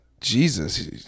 Jesus